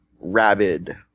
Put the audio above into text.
rabid